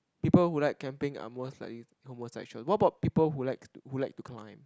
people who like camping are most likely homosexual what about people who like who like to climb